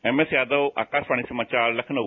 एमएसयादव आकाशवाणी समाचार लखनऊ